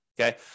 Okay